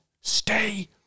stay